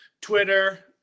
twitter